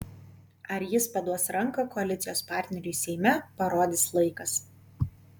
ar jis paduos ranką koalicijos partneriui seime parodys laikas